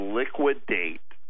liquidate